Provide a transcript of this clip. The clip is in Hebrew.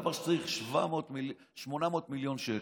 דבר שמצריך 800 מיליון שקל,